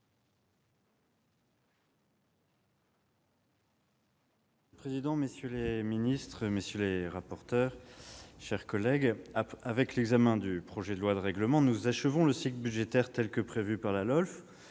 Monsieur le président, messieurs les ministres, mes chers collègues, avec l'examen du projet de loi de règlement, nous achevons le cycle budgétaire tel qu'il est prévu par la LOLF.